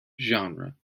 genre